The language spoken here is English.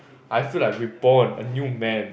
I feel like reborn a new man